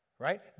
right